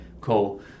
cool